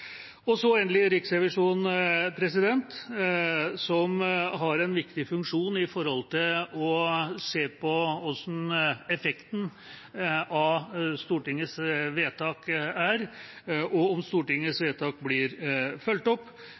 Og så er det endelig Riksrevisjonen, som har en viktig funksjon med å se på hvordan effekten av Stortingets vedtak er, og om Stortingets vedtak blir fulgt opp.